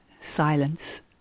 silence